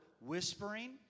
whispering